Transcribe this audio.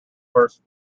first